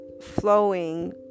flowing